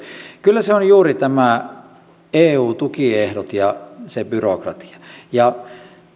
kyllä ne ovat juuri nämä eu tukiehdot ja se byrokratia